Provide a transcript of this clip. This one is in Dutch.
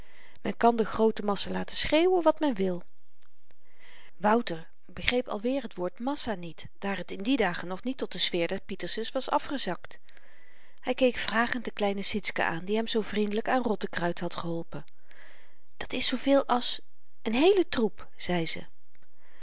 men kan de groote massa laten schreeuwen wat men wil wouter begreep alweer t woord massa niet daar het in die dagen nog niet tot de sfeer der pietersens was afgezakt hy keek vragend de kleine sietsken aan die hem zoo vriendelyk aan rottekruid had geholpen dat is zooveel als n heele troep zei ze